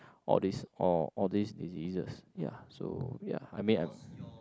all these all all these diseases ya so ya I mean I'm